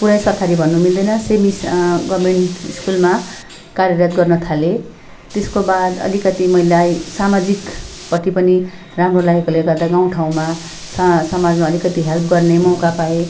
पुरै सरकारी भन्न मिल्दैन सेमी गभर्मेन्ट स्कुलमा कार्यरत गर्न थालेँ त्यसको बाद अलिकति मलाई सामाजिकपट्टि पनि राम्रो लागेकोले गर्दा गाउँठाउँमा स समाजमा अलिकति हेल्प गर्ने मौका पाएँ